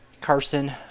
Carson